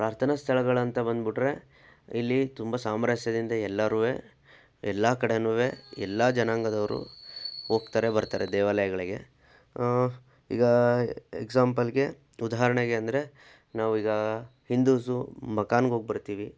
ಪ್ರಾರ್ಥನಾ ಸ್ಥಳಗಳಂತ ಬಂದುಬಿಟ್ರೆ ಇಲ್ಲಿ ತುಂಬ ಸಾಮರಸ್ಯದಿಂದ ಎಲ್ಲಾರು ಎಲ್ಲ ಕಡೆನು ಎಲ್ಲ ಜನಾಂಗದವರು ಹೋಗ್ತಾರೆ ಬರ್ತಾರೆ ದೇವಾಲಯಗಳಿಗೆ ಈಗ ಎಕ್ಸಾಂಪಲ್ಗೆ ಉದಾಹರಣೆಗೆ ಅಂದರೆ ನಾವು ಈಗ ಹಿಂದೂಸು ಮಖಾನ್ಗೆ ಹೋಗಿ ಬರ್ತೀವಿ